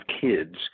kids